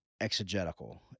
exegetical